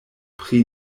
pri